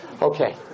Okay